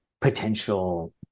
potential